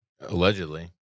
Allegedly